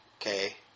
okay